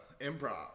Improv